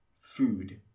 food